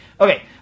Okay